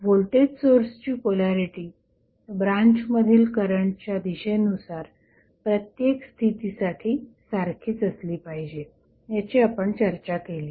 voltage सोर्सची polarity ब्रांचमधील करंटच्या दिशेनुसार प्रत्येक स्थितीसाठी सारखीच असली पाहिजे याची आपण चर्चा केली